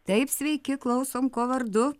taip sveiki klausom kuo vardu